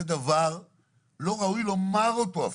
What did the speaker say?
זה דבר שלא ראוי לומר אותו אפילו.